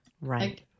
right